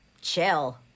chill